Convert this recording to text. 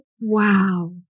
Wow